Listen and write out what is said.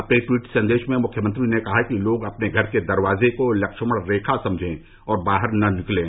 अपने ट्वीट संदेश में मुख्यमंत्री ने कहा कि लोग अपने घर के दरवाजे को लक्ष्मण रेखा समझें और बाहर न निकलें